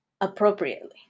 appropriately